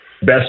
best